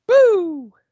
Woo